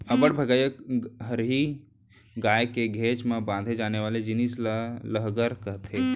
अब्बड़ भगइया हरही गाय के घेंच म बांधे जाने वाले जिनिस ल लहँगर कथें